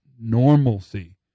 normalcy